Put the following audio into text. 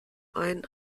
einen